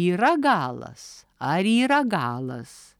yra galas ar yra galas